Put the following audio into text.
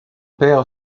père